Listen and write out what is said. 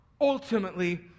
ultimately